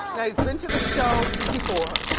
he's been to the show before.